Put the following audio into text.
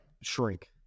shrink